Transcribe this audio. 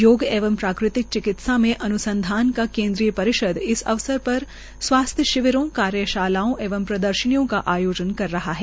योग एवं प्राकृतिक चिकित्सा में अन्संधान एक केन्द्रीय परिषद इस अवसर पर स्वास्थ्य शिविरों कार्यशालाओं एवं प्रदर्शनियों का आयोजन कर रहा है